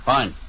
Fine